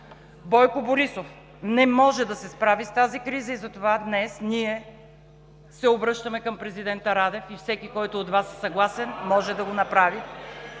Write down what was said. Бойко Борисов не може да се справи с тази криза и затова днес ние се обръщаме към президента Радев и всеки, който от Вас е съгласен, може да го направи.